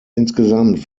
insgesamt